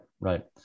right